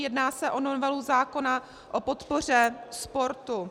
Jedná se o novelu zákona o podpoře sportu.